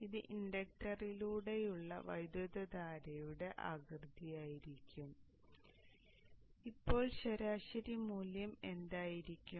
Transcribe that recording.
അതിനാൽ ഇത് ഇൻഡക്റ്ററിലൂടെയുള്ള വൈദ്യുതധാരയുടെ ആകൃതിയായിരിക്കും ഇപ്പോൾ ശരാശരി മൂല്യം എന്തായിരിക്കും